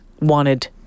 wanted